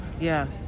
Yes